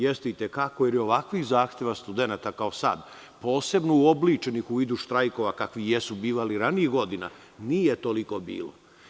Jeste i te kako, jer je ovakvih zahteva studenata kao sad posebno uobličeni u vidu štrajkova kakvi jesu bivali ranijih godina nije toliko bilo.